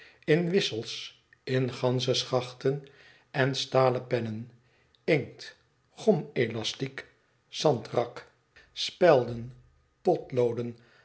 in wissels in ganzeschachten en stalen pennen inkt gomelastiek sandrak spelden potlooden